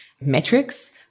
metrics